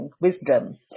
wisdom